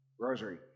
Rosary